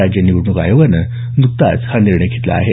राज्य निवडणूक आयोगानं नुकताच हा निर्णय घेतला आहे